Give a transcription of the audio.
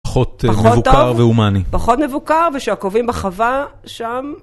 פחות מבוקר והומני, פחות מבוקר, ושהקובעים בחווה, שם.